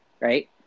Right